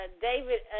David